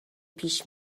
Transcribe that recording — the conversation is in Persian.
پیش